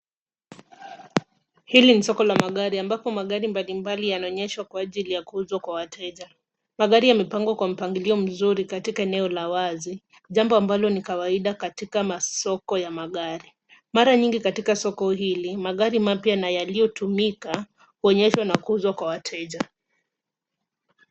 Hili ni soko la magari ambapo magari mbalimbali yanaonyeshwa Kwa ajili ya kuuzwa Kwa wateja. Magari yamepangwa Kwa mpangilio mzuri katika eneo la wazi, jambo ambalo ni kawaida katika masoko ya magari. Mara nyingi katika solo hili ,magari mapya na yaliyotumika huonyesha na kuuzwa Kwa wateja.